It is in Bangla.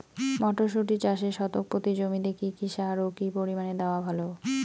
মটরশুটি চাষে শতক প্রতি জমিতে কী কী সার ও কী পরিমাণে দেওয়া ভালো?